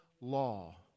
law